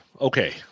Okay